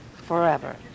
forever